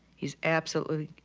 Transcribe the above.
he's absolutely,